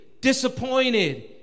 disappointed